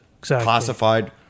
classified